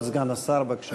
כבוד סגן השר, בבקשה.